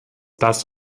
das